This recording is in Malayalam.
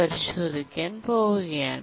പരിശോധിക്കാൻ പോവുകയാണ്